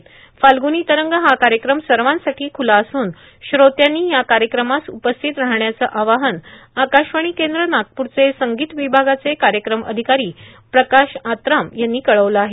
फाल्ग्रनी तरंग हा कार्यक्रम सर्वांसाठी ख्रला असून श्रोत्यांनी या कार्यक्रमास उपस्थित राहण्याचं आवाहन आकाशवाणी केंद्र नागपूरचे संगीत विभागाचे कार्यक्रम अधिकारी प्रकाश आतराम यांनी कळविलं आहे